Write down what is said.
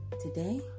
Today